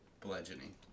Bludgeoning